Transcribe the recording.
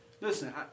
Listen